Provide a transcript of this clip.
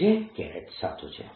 yK l તેથી આપણું J સાચું છે